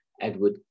Edward